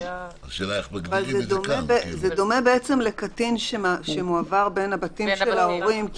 אבל זה דומה לקטין שמועבר בין הבתים של ההורים.